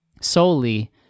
solely